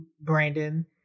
Brandon